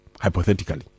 hypothetically